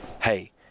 hey